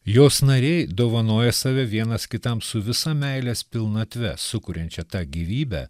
jos nariai dovanoja save vienas kitam su visa meilės pilnatve sukuriančia tą gyvybę